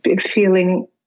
feeling